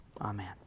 amen